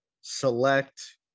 select